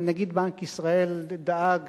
אבל נגיד בנק ישראל דאג